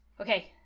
okay